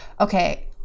okay